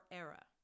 era